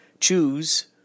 choose